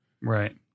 Right